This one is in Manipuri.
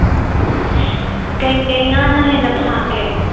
ꯀꯔꯤ ꯀꯔꯤ ꯉꯥꯅ ꯍꯦꯟꯅ ꯐꯥꯒꯦ